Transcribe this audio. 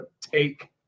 take